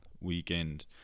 weekend